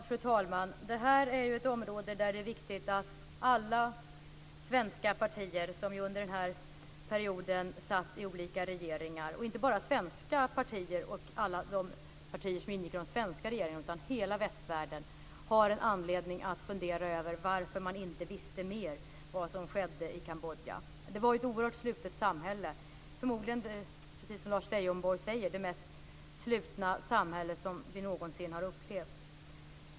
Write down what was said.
Fru talman! Det här är ett område där det är viktigt att alla svenska partier som under den här perioden satt i olika regeringar, inte bara svenska partier och alla de partier som ingick i den svenska regeringen utan hela västvärlden, har en anledning att fundera över varför man inte visste mer om vad som skedde i Kambodja. Det var ett oerhört slutet samhälle, förmodligen det mest slutna samhälle som vi någonsin har upplevt, precis som Lars Leijonborg säger.